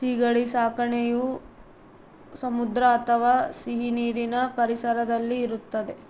ಸೀಗಡಿ ಸಾಕಣೆಯು ಸಮುದ್ರ ಅಥವಾ ಸಿಹಿನೀರಿನ ಪರಿಸರದಲ್ಲಿ ಇರುತ್ತದೆ